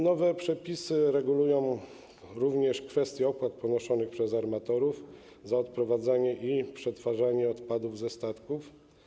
Nowe przepisy regulują również kwestię opłat ponoszonych przez armatorów za odprowadzanie i przetwarzanie odpadów pochodzących ze statków.